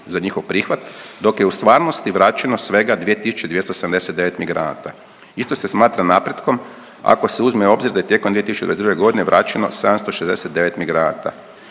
za njihov prihvat dok je u stvarnosti vraćeno svega 2279 migranata. Isto se smatra napretkom ako se uzme u obzirom da je tijekom 2022. godine vraćeno 769 migranata.